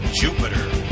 Jupiter